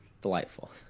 delightful